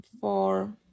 four